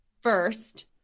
first –